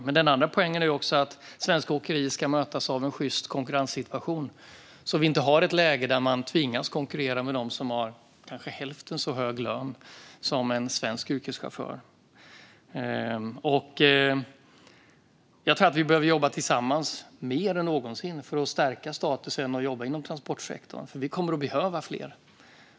Men den andra poängen är att svenska åkerier ska mötas av en sjyst konkurrenssituation så att vi inte har ett läge där de tvingas konkurrera med dem som har kanske hälften så hög lön som en svensk yrkeschaufför. Jag tror att vi mer än någonsin behöver jobba tillsammans för att stärka statusen för dem som jobbar inom transportsektorn, för vi kommer att behöva fler som söker sig dit.